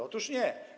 Otóż nie.